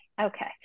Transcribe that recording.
Okay